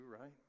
right